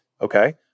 okay